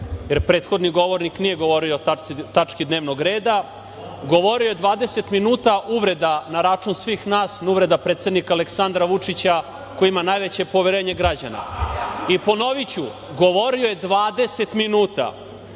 jer prethodni govornik nije govorio o tački dnevnog reda. Govorio je 20 minuta uvreda na račun svih nas, uvreda predsednika Aleksandra Vučića koji ima najveće poverenje građana. I ponoviću, govorio je 20 minuta.